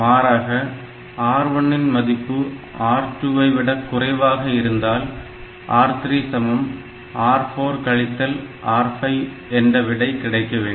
மாறாக R1 இன் மதிப்பு R2 ஐ விட குறைவாக இருந்தால் R3R4 R5 என்ற விடை கிடைக்க வேண்டும்